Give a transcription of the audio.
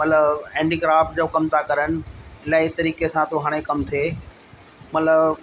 मतिलबु handicraft जो कम था करनि नए तरीक़े सां थो हाणे कम थिए मतिलबु